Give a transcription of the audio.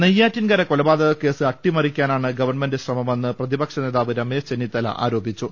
നെയ്യാറ്റിൻകര കൊലപാതക കേസ് അട്ടിമറിക്കാനാ ണ് ഗവൺമെന്റ് ശ്രമമെന്ന് പ്രതിപക്ഷ നേതാവ് രമേശ് ചെന്നിത്തല ആരോപിച്ചു